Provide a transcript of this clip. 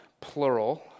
plural